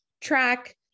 track